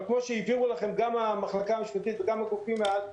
אבל כפי שהבהירו לכם גם המחלקה המשפטית וגם הגופים מעל,